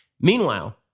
Meanwhile